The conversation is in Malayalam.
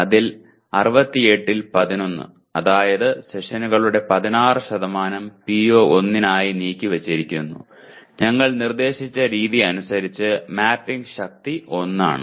അതിൽ 68 ൽ 11 അതായത് സെഷനുകളുടെ 16 PO1 നായി നീക്കിവച്ചിരിക്കുന്നു ഞങ്ങൾ നിർദ്ദേശിച്ച രീതി അനുസരിച്ച് മാപ്പിംഗ് ശക്തി 1 ആണ്